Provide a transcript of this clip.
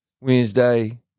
Wednesday